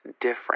different